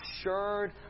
assured